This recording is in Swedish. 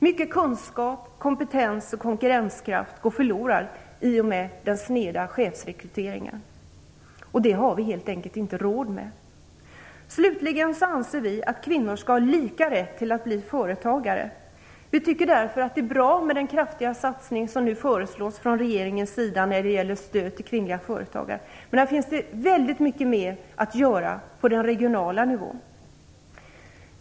Mycket kunskap, kompetens och konkurrenskraft går förlorad i och med den sneda chefsrekryteringen. Det har vi helt enkelt inte råd med. Slutligen anser vi att kvinnor skall ha lika rätt att bli företagare. Vi tycker därför att det är bra med den kraftiga satsning som nu föreslås från regeringens sida när det gäller stöd till kvinnliga företagare. Men det finns väldigt mycket mer att göra på den regionala nivån.